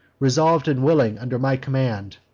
resolv'd, and willing, under my command,